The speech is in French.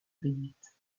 réduite